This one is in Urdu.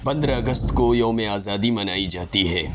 پندرہ اگست کو یوم آزادی منائی جاتی ہے